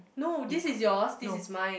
no this is yours this is mine